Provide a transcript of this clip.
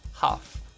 half